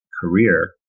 career